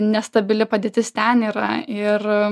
nestabili padėtis ten yra ir